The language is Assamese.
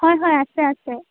হয় হয় আছে আছে